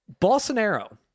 Bolsonaro